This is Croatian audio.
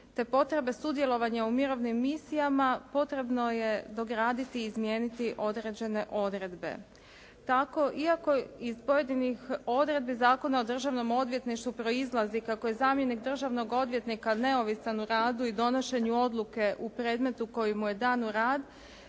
te potrebe sudjelovanja u mirovnim misijama potrebno je dograditi i izmijeniti određene odredbe. Tako iako iz pojedinih odredbi Zakona o državnom odvjetništvu proizlazi kako je zamjenik državnog odvjetnika neovisan u radu i donošenju odluke u predmetu koji mu je dan u rad,